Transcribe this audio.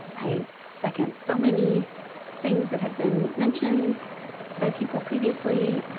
i second so many things that have been mentioned by people previously.